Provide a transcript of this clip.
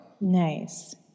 Nice